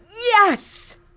Yes